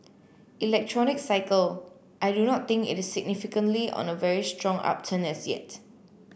electronics cycle I do not think it is significantly on a very strong upturn as yet